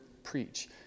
preach